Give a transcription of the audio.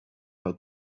had